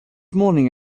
morning